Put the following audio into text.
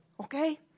okay